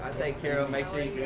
take care of him, make sure